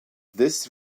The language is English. this